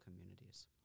communities